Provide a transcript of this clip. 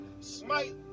smite